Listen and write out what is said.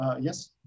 Yes